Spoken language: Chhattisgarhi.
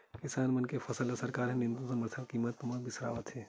किसान मन के फसल ल सरकार ह न्यूनतम समरथन कीमत म बिसावत हे